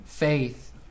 faith